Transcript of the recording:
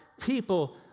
people